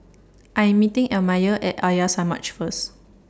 I Am meeting Elmire At Arya Samaj First